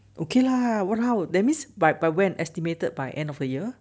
okay lah !walao! that means by by when estimated by end of the year